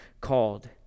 called